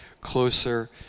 closer